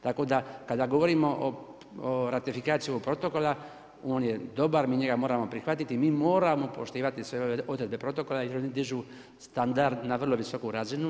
Tako da kada govorimo o ratifikaciji ovog Protokola, on je dobar, mi njega moramo prihvatiti i mi moramo poštivati sve ove odredbe protokola jer one dižu standard na vrlo visoku razinu.